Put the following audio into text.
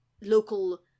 local